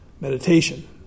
meditation